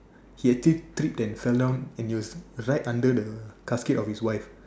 he actually tripped and fell down and it was right under the casket of his wife